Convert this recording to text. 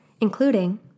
including